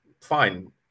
fine